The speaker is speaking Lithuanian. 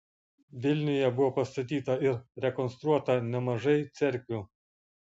vilniuje buvo pastatyta ir rekonstruota nemažai cerkvių